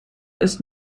ist